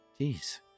Jeez